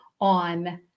on